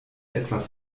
etwas